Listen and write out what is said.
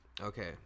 Okay